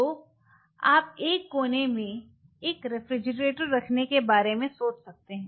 तो आप एक कोने में एक रेफ्रिजरेटर रखने के बारे में सोच सकते हैं